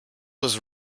was